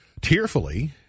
tearfully